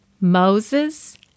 Moses